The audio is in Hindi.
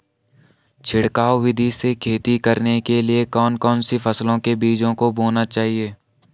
छिड़काव विधि से खेती करने के लिए कौन कौन सी फसलों के बीजों को बोना चाहिए?